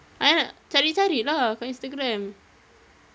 I ah cari-cari lah kat instagram